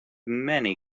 many